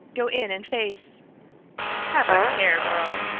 go in and face have a care, girl!